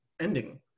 ending